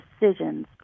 decisions